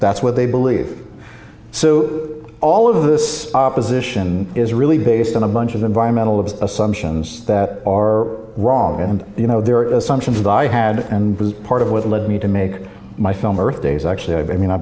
that's what they believe so all of this opposition is really based on a bunch of environmental of assumptions that are wrong and you know there are assumptions that i had and was part of what led me to make my film earth days actually i mean i